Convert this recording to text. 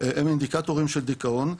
של דיכאון.